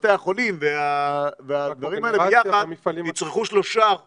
בתי החולים והדברים האלה ביחד יצרכו 3%